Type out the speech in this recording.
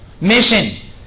mission